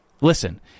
listen